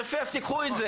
יפה, אז תיקחו את זה